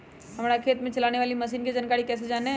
हमारे खेत में चलाने वाली मशीन की जानकारी कैसे जाने?